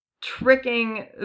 tricking